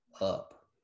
up